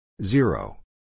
Zero